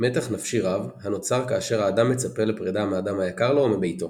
מתח-נפשי רב הנוצר כאשר האדם מצפה לפרידה מאדם היקר לו או מביתו.